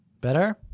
Better